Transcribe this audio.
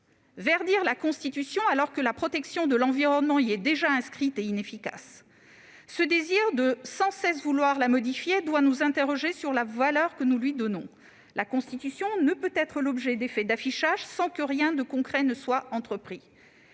Verdir la Constitution, alors que la protection de l'environnement y est déjà inscrite, est inefficace. Ce désir de modifier sans cesse notre texte fondamental doit nous interroger sur la valeur que nous lui donnons. La Constitution ne peut être l'objet d'effets d'affichage sans que rien de concret soit entrepris.